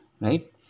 right